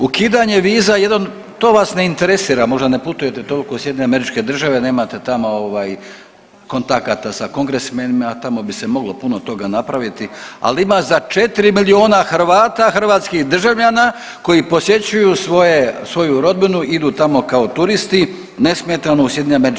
Ukidanje viza jedan, to vas ne interesira, možda ne putujete toliko u SAD, nemate tamo ovaj kontakata sa kongresmenima, tamo bi se moglo puno toga napravili, ali ima za 4 miliona Hrvata, hrvatskih državljana koji posjećuju svoje, svoju rodbinu, idu tamo kao turisti nesmetano u SAD.